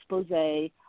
expose